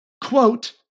Quote